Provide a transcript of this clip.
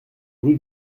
rue